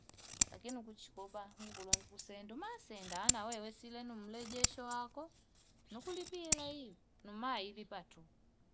lakini kuchikoba ngundu lo kusendu masenda anawewe sile lumlejesho wako nukulipie hela hii numailipatu.